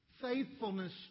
faithfulness